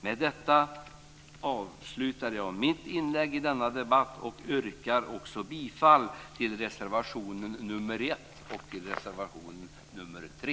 Med detta avslutar jag mitt inlägg i debatten och yrkar också bifall till reservationerna nr 1 och 3.